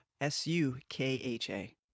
S-U-K-H-A